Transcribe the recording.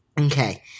Okay